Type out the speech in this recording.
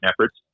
efforts